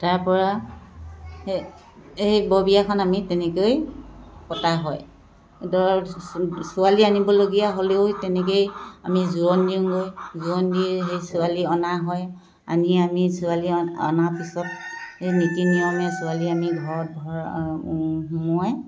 তাৰপৰা সেই সেই বৰ বিয়াখন আমি তেনেকৈ পতা হয় ধৰ ছোৱালী আনিবলগীয়া হ'লেও তেনেকৈয়ে আমি জোৰোণ দিওঁগৈ জোৰোণ দি সেই ছোৱালী অনা হয় আনি আমি ছোৱালী অনাৰ পিছত সেই নীতি নিয়মে ছোৱালী আমি ঘৰত ঘৰ সোমোৱাই